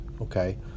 okay